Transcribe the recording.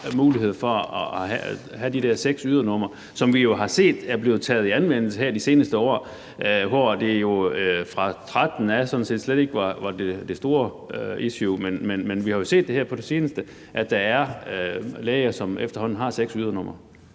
mulighed for at have de der seks ydernumre, som vi jo har set er blevet taget i anvendelse her i de seneste år? Fra 2013 var det sådan set slet ikke det store issue, men vi har jo set her på det seneste, at der er læger, som efterhånden har seks ydernumre.